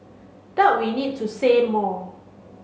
doubt we need to say more